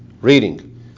reading